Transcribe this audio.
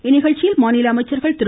இந்நிகழ்ச்சியில் மாநில அமைச்சர்கள் திரு